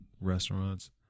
Restaurants